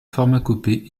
pharmacopée